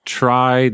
try